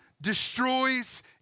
destroys